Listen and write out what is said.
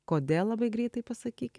kodėl labai greitai pasakyki